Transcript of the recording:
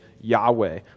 Yahweh